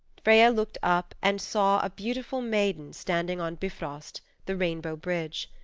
freya looked up and saw a beautiful maiden standing on bifrost, the rainbow bridge.